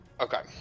Okay